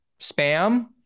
spam